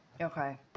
Okay